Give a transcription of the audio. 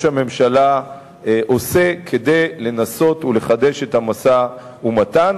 הממשלה עושה כדי לנסות ולחדש את המשא-ומתן.